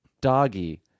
doggy